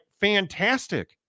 fantastic